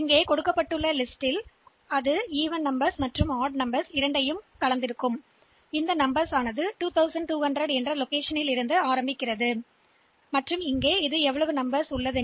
எனவே பட்டியலில் எண்கள் மற்றும் ஒற்றைப்படை எண்கள் இரண்டும் கிடைத்துள்ளன மேலும் எண்கள் 2 2 0 0 இடத்திலிருந்து சேமிக்கப்படுகின்றன அதுவும் தொகுப்பில் எத்தனை எண்கள் உள்ளன